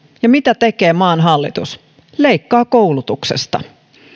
ja mitä tekee maan hallitus leikkaa koulutuksesta